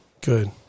Good